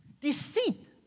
Deceit